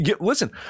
Listen